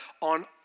on